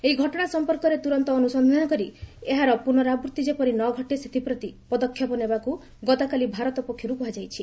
ଏହି ଘଟଣା ସଂପର୍କରେ ତୁରନ୍ତ ଅନୁସନ୍ଧାନ କରି ଏହାର ପୁନରାବୃଭି ଯେପରି ନ ଘଟେ ସେଥିପ୍ରତି ପଦକ୍ଷେପ ନେବାକୁ ଗତକାଲି ଭାରତ ପକ୍ଷରୁ କୁହାଯାଇଛି